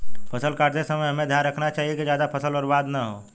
फसल काटते समय हमें ध्यान रखना चाहिए कि ज्यादा फसल बर्बाद न हो